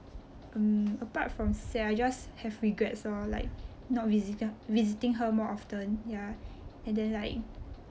mm apart from sad I just have regrets lor like not visiti~ not visiting her more often ya and then like